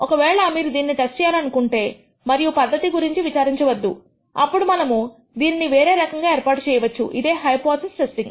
ఒక వేళ మీరు దీనిని టెస్ట్ చేయాలి అనుకుంటే మరియు పద్ధతి గురించి విచారించవద్దు అప్పుడు మనము దీనిని వేరే రకంగా ఏర్పాటు చేయవచ్చు ఇదే హైపోథిసిస్ టెస్టింగ్